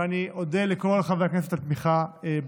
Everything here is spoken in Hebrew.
ואני אודה לכל חברי הכנסת על תמיכה בחוק.